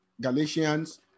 Galatians